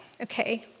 okay